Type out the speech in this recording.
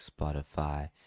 spotify